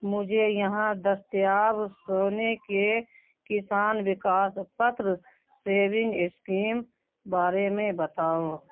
مجھے یہاں دستیاب سونے کے کسان وکاس پتر سیونگ اسکیم بارے میں بتاؤ